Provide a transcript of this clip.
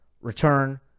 return